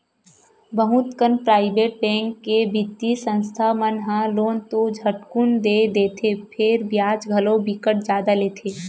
बहुत कन private bank के बित्तीय संस्था मन ह लोन तो झटकुन दे देथे फेर बियाज घलो बिकट जादा लेथे